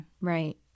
Right